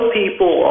people